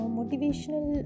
Motivational